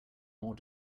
more